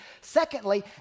Secondly